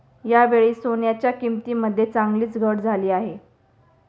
यावेळी सोन्याच्या किंमतीमध्ये चांगलीच घट झाली आहे